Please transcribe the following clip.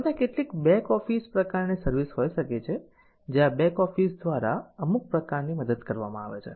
હવે ત્યાં કેટલીક બેક ઓફિસ પ્રકારની સર્વિસ હોઈ શકે છે જ્યાં બેક ઓફિસ દ્વારા અમુક પ્રકારની મદદ આપવામાં આવે છે